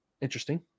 interesting